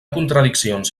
contradiccions